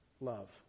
love